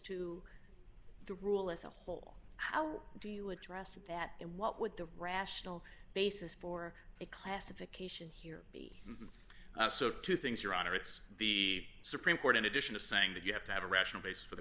to the rule as a whole how do you address that and what would the rational basis for a classification here be so two things your honor it's the supreme court in addition to saying that you have to have a rational basis for the